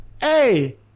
Hey